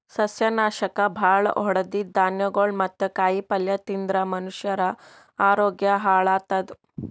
ಸಸ್ಯನಾಶಕ್ ಭಾಳ್ ಹೊಡದಿದ್ದ್ ಧಾನ್ಯಗೊಳ್ ಮತ್ತ್ ಕಾಯಿಪಲ್ಯ ತಿಂದ್ರ್ ಮನಷ್ಯರ ಆರೋಗ್ಯ ಹಾಳತದ್